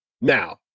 Now